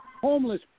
Homeless